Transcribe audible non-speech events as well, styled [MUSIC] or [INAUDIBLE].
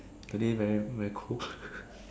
today very very cool [LAUGHS]